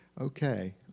okay